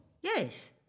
Yes